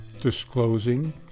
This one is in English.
disclosing